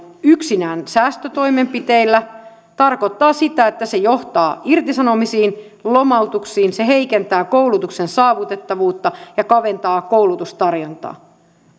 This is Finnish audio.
yksinään säästötoimenpiteillä tarkoittaa sitä että se johtaa irtisanomisiin lomautuksiin se heikentää koulutuksen saavutettavuutta ja kaventaa koulutustarjontaa